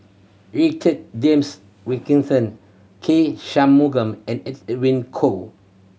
Richard James Wilkinson K Shanmugam and Edwin Koo